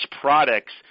products